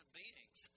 beings